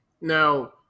Now